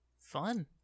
Fun